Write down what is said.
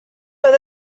oedd